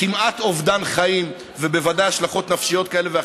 כמעט אובדן חיים ובוודאי השלכות נפשיות כאלה ואחרות,